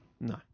No